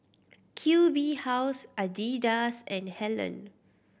Q B House Adidas and Helen